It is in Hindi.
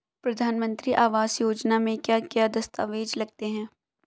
प्रधानमंत्री आवास योजना में क्या क्या दस्तावेज लगते हैं?